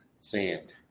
sand